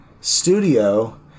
studio